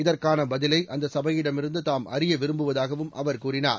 இதற்கான பதிலை அந்த சபையிடமிருந்து தாம் அறிய விரும்புவதாகவும் அவர் கூறினார்